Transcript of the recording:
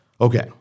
Okay